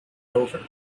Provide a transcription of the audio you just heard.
over